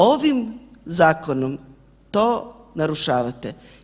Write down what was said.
Ovim zakonom to narušavate.